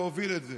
להוביל את זה.